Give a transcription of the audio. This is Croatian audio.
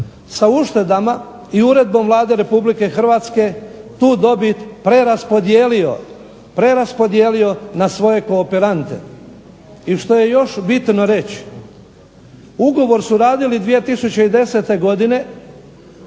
ugovor su radili 2010. godine